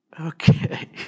Okay